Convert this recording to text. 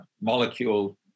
molecule